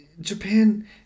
Japan